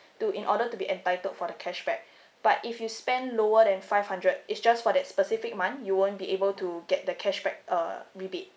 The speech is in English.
to in order to be entitled for the cashback but if you spend lower than five hundred it's just for that specific month you won't be able to get the cashback uh rebate